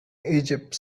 egypt